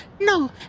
No